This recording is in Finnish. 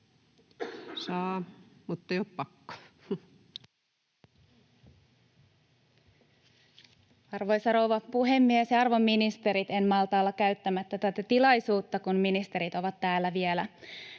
Time: 22:07 Content: Arvoisa rouva puhemies ja arvon ministerit! En malta olla käyttämättä tätä tilaisuutta, kun ministerit ovat täällä vielä